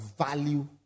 value